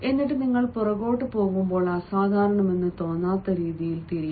എന്നിട്ട് നിങ്ങൾ പുറകോട്ട് പോകുമ്പോൾ അസാധാരണമെന്ന് തോന്നാത്ത രീതിയിൽ തിരിയണം